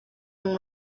and